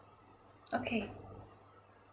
okay